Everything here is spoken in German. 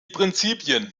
prinzipien